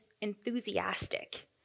enthusiastic